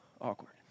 Awkward